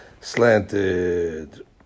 slanted